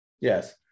Yes